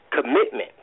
commitment